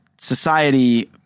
society